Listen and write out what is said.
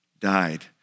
died